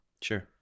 sure